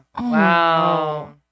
Wow